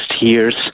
years